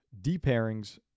D-pairings